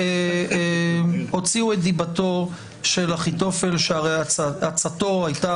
הוציאו דיבתו של אחיתופל שהרי עצתו היתה